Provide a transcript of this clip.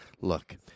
look